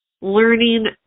learning